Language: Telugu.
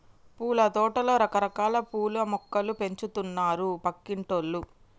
పూలతోటలో రకరకాల పూల మొక్కలు పెంచుతున్నారు పక్కింటోల్లు